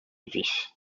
vifs